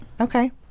okay